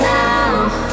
now